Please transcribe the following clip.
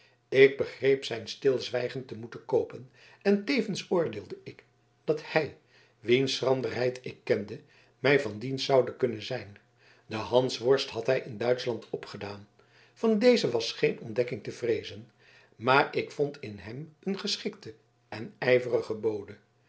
ik begreep zijn stilzwijgen te moeten koopen en tevens oordeelde ik dat hij wiens schranderheid ik kende mij van dienst zoude kunnen zijn den hansworst had hij in duitschland opgedaan van dezen was geen ontdekking te vreezen maar ik vond in hem een geschikten en ijverigen bode